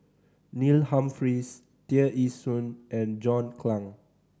Neil Humphreys Tear Ee Soon and John Clang